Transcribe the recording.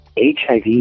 HIV